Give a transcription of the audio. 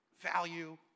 value